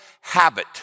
habit